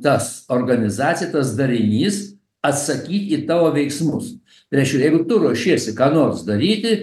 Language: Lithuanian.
tas organizacija tas darinys atsakyt į tavo veiksmus reiškia jeigu tu ruošiesi ką nors daryti